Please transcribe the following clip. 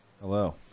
hello